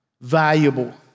valuable